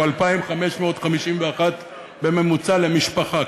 הוא 2,551 שקלים בממוצע למשפחה.